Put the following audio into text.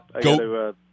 go